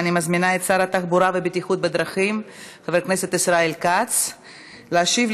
ואני מזמינה את שר התחבורה והבטיחות בדרכים חבר הכנסת ישראל כץ להשיב